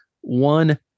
one